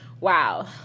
wow